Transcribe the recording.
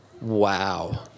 wow